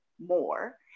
more